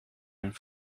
een